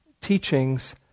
teachings